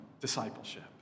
discipleship